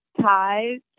Ties